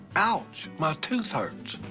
ouch, my tooth hurts.